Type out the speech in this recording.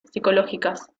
psicológicas